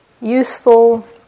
useful